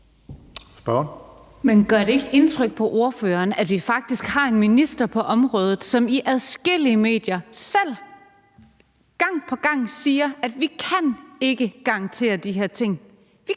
Men gør det ikke indtryk på ordføreren, at vi faktisk har en minister på området, som i adskillige medier selv gang på gang siger, at vi ikke kan garantere de her ting?